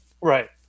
Right